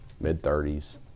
mid-30s